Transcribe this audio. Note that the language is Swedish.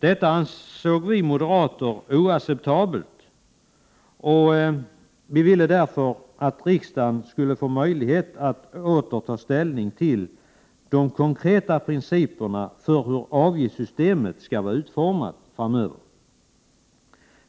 Detta ansåg vi moderater vara oacceptabelt, och vi ville därför att riksdagen skulle få möjlighet att åter ta ställning till de konkreta principerna för hur avgiftssystemet skall vara utformat framöver.